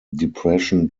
depression